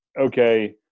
okay